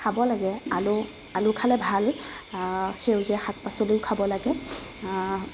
খাব লাগে আলু আলু খালে ভাল সেউজীয়া শাক পাচলিও খাব লাগে